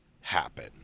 happen